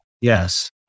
Yes